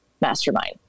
mastermind